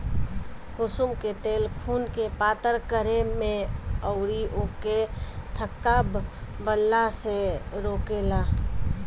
कुसुम के तेल खुनके पातर करे में अउरी ओके थक्का बनला से रोकेला